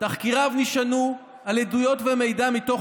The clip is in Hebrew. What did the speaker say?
"תחקיריו נשענו על עדויות ומידע מתוך